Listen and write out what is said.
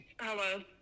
Hello